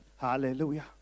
Hallelujah